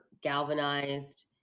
galvanized